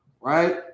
right